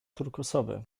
turkusowy